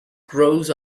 grows